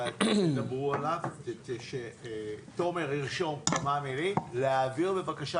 ותעברו עליו ושתומר ירשום להעביר בבקשה